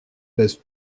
pèse